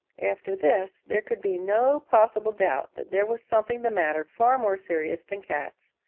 after this there could be no possible doubt that there was something the matter far more serious than cats.